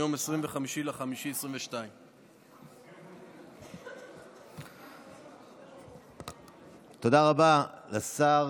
מיום 25 במאי 2022. תודה רבה לשר